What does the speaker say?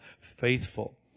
faithful